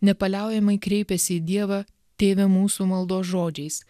nepaliaujamai kreipiasi į dievą tėve mūsų maldos žodžiais